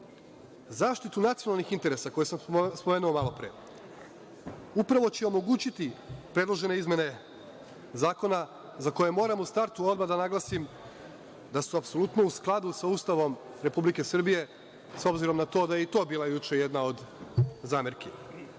smisla.Zaštitu nacionalnih interesa, koje sam spomenuo malopre, upravo će omogućiti predložene izmene zakona za koje moramo u startu odmah da naglasim da su apsolutno u skladu sa Ustavom Republike Srbije, s obzirom na to da je i to bilo juče jedna od zamerki. Dakle,